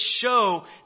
show